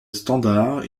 standard